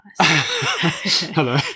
Hello